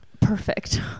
perfect